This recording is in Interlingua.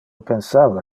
pensava